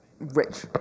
rich